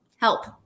help